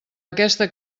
aquesta